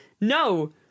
No